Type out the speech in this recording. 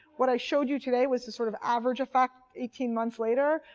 what i showed you today was the sort of average effect eighteen months later.